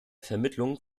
vermittlung